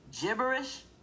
Gibberish